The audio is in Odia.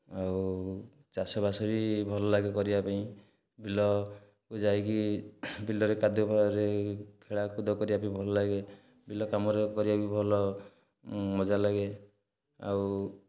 ଆଉ ଚାଷବାସ ବି ଭଲ ଲାଗେ କରିବା ପାଇଁ ବିଲକୁ ଯାଇକି ବିଲରେ କାଦୂଅ ମାଦୁଅରେ ଖେଳକୁଦ କରିବାକୁ ଭଲ ଲାଗେ ବିଲ କାମ ବି କରିବା ଭଲ ମଜା ଲାଗେ ଆଉ